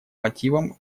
мотивам